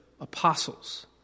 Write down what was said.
apostles